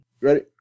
Ready